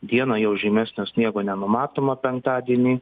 dieną jau žymesnio sniego nenumatoma penktadienį